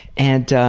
and, ah,